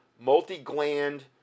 multi-gland